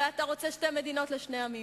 הרי אתה רוצה שתי מדינות לשני עמים.